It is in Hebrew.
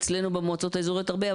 אצלנו במועצות האזוריות הרבה,